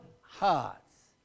hearts